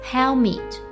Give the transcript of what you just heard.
Helmet